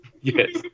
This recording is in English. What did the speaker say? yes